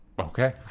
okay